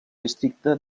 districte